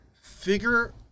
Figure